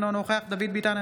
אינו נוכח דוד ביטן,